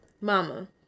mama